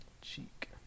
cheek